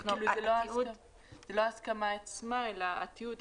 כי זה לא ההסכמה עצמה, אלא התיעוד.